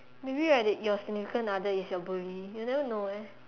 maybe right your significant other is your bully you never know eh